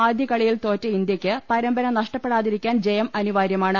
ആദ്യ കളിയിൽ തോറ്റ ഇന്ത്യക്ക് പരമ്പര നഷ്ടപ്പെടാതിരിക്കാൻ ജയം അനിവാര്യമാണ്